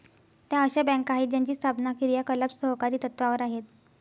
त्या अशा बँका आहेत ज्यांची स्थापना आणि क्रियाकलाप सहकारी तत्त्वावर आहेत